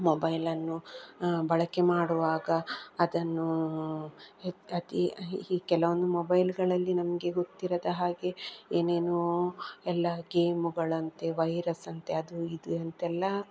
ಮೊಬೈಲನ್ನು ಬಳಕೆ ಮಾಡುವಾಗ ಅದನ್ನು ಹೆ ಅತೀ ಕೆಲವೊಂದು ಮೊಬೈಲ್ಗಳಲ್ಲಿ ನಮಗೆ ಗೊತ್ತಿರದ ಹಾಗೆ ಏನೇನೋ ಎಲ್ಲ ಗೇಮ್ಗಳಂತೆ ವೈರಸ್ ಅಂತೆ ಅದು ಇದು ಅಂತೆಲ್ಲ